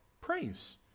praise